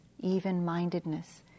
even-mindedness